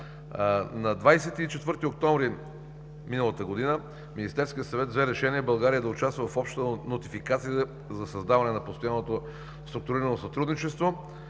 На 24 октомври миналата година Министерският съвет взе решение България да участва в обща Нотификация за създаване на Постоянното структурирано сътрудничество.